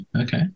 Okay